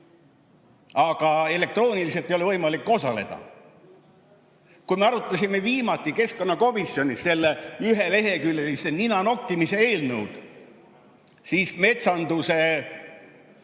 aga elektrooniliselt ei ole võimalik osaleda. Kui me arutasime viimati keskkonnakomisjonis seda üheleheküljelist ninanokkimise eelnõu, siis